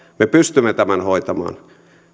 me pystymme tämän hoitamaan